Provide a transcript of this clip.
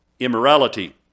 immorality